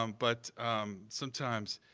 um but sometimes,